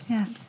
Yes